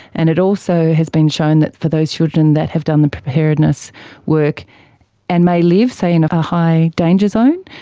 and it also has been shown that for those children that have done the preparedness work and they live say in a high danger zone,